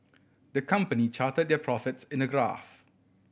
the company charted their profits in a graph